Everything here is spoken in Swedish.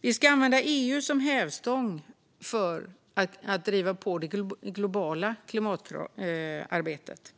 Vi ska använda EU som hävstång för att driva på det globala klimatarbetet.